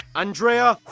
andrea